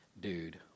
Dude